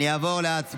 מעמד